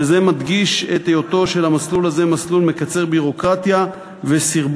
וזה מדגיש את היותו של המסלול הזה מסלול מקצר ביורוקרטיה וסרבול,